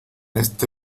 este